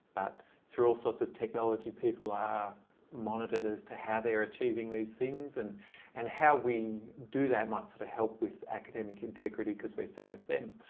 but through all sorts of technology people are monitored as to how they're achieving these things and and how we do that might sort of help with academic integrity because we're seeing it then.